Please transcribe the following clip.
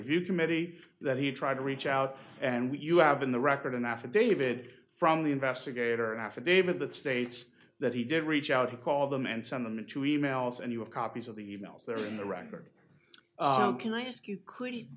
review committee that he tried to reach out and you have in the record an affidavit from the investigator an affidavit that states that he did reach out to call them and send them into e mails and you have copies of the e mails that are in the record can i ask you could